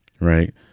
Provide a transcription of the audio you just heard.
Right